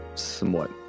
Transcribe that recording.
Somewhat